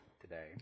today